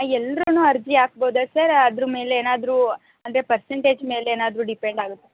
ಎಲ್ರೂನೂ ಅರ್ಜಿ ಹಾಕ್ಬೋದಾ ಸರ್ ಅದ್ರ ಮೇಲೆ ಏನಾದರೂ ಅಂದರೆ ಪರ್ಸೆಂಟೇಜ್ ಮೇಲೆ ಏನಾದ್ರೂ ಡೀಪೆಂಡ್ ಆಗುತ್ತಾ